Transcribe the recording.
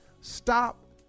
Stop